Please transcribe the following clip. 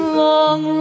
long